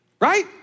right